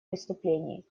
преступлений